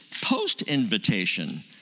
post-invitation